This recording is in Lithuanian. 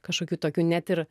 kažkokių tokių net ir